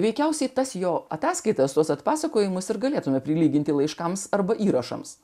veikiausiai tas jo ataskaitas tuos atpasakojimus ir galėtumėme prilyginti laiškams arba įrašams